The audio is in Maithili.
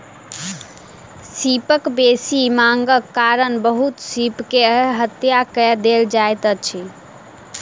सीपक बेसी मांगक कारण बहुत सीप के हत्या कय देल जाइत अछि